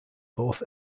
both